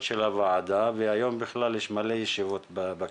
של הוועדה והיום בכלל יש הרבה ישיבות בכנסת,